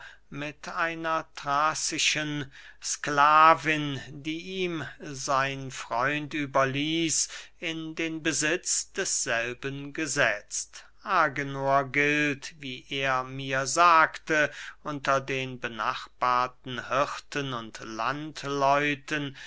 mit einer thrazischen sklavin die ihm sein freund überließ in den besitz desselben gesetzt agenor gilt wie er mir sagte unter den benachbarten hirten und